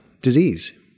disease